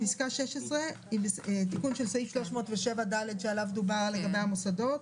פסקה (16) היא תיקון של סעיף 307(ד) שעליו דובר לגבי המוסדות: